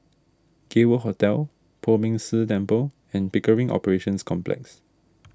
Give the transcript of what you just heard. Gay World Hotel Poh Ming Tse Temple and Pickering Operations Complex